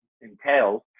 entails